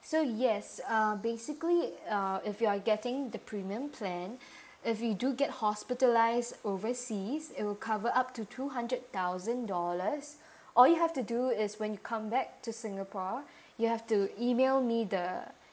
so yes uh basically uh if you are getting the premium plan if you do get hospitalised overseas it'll cover up to two hundred thousand dollars all you have to do is when you come back to singapore you have to email me the